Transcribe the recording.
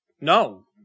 No